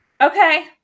Okay